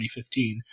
2015